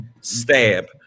stab